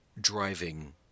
driving